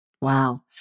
Wow